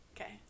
Okay